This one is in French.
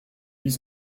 vis